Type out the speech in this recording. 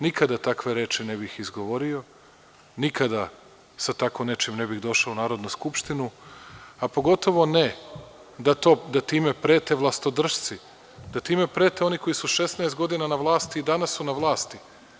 Nikada takve reči ne bih izgovorio, nikada sa tako nečim ne bih došao u Narodnu skupštinu, a pogotovo ne, da time prete vlastodršci, da time prete oni koji su 16 godina na vlasti i danas su na vlasti.